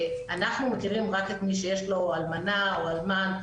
אנחנו מכירים רק את מי שיש לו אלמנה או אלמן,